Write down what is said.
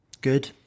Good